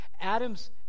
Adam's